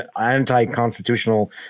anti-constitutional